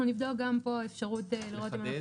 אנחנו נבדוק גם פה אפשרות לראות אם אנחנו